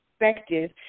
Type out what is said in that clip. perspective